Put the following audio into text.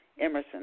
Emerson